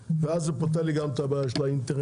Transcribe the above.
ואז זה פותר לי גם את הבעיה של האינטרנט.